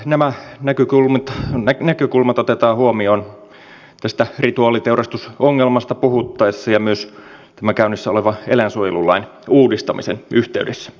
toivon että nämä näkökulmat otetaan huomioon tästä rituaaliteurastusongelmasta puhuttaessa ja myös tämän käynnissä olevan eläinsuojelulain uudistamisen yhteydessä